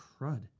crud